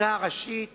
בחקיקה ראשית